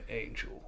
angel